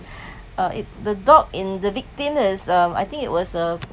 uh the dog in the victim is um I think it was a